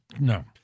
No